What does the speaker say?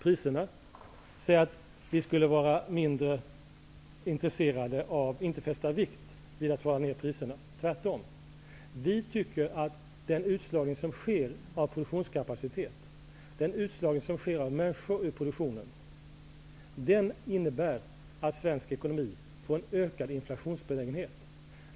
Det sades vidare att vi inte skulle fästa vikt vid att få ner priserna. Det är tvärtom. Vi tycker att den utslagning som sker av produktionskapacitet, av människor i produktionen, innebär att svensk ekonomi får en ökad inflationsbenägenhet.